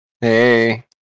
Hey